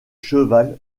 cheval